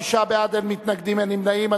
25 בעד, אין מתנגדים, אין נמנעים.